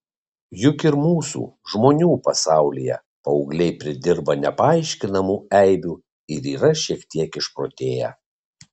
juk ir mūsų žmonių pasaulyje paaugliai pridirba nepaaiškinamų eibių ir yra šiek tiek išprotėję